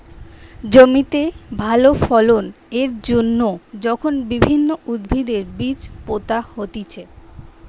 জমিতে ভালো ফলন এর জন্যে যখন বিভিন্ন উদ্ভিদের বীজ পোতা হতিছে